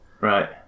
Right